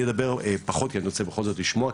אני אדבר פחות כי אני רוצה בכל זאת לשמוע.